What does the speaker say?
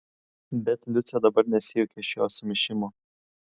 bet liucė dabar nesijuokė iš jo sumišimo